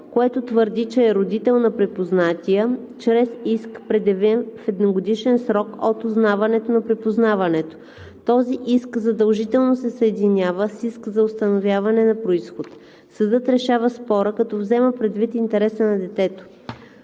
което твърди, че е родител на припознатия, чрез иск, предявен в едногодишен срок от узнаването на припознаването. Този иск задължително се съединява с иск за установяване на произход. Съдът решава спора, като взема предвид интереса на детето.“